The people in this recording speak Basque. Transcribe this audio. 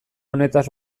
honetaz